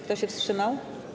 Kto się wstrzymał?